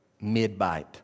mid-bite